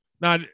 now